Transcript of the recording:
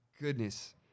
Goodness